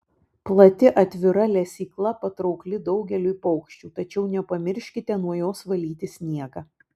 plati atvira lesykla patraukli daugeliui paukščių tačiau nepamirškite nuo jos valyti sniegą